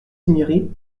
cinieri